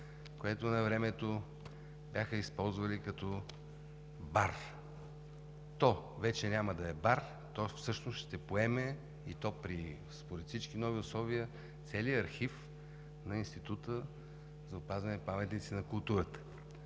което навремето бяха използвали като бар. То вече няма да е бар, то ще поеме, и то според всички нови условия, целия архив на Института за опазване паметниците на културата.